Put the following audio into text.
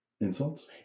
Insults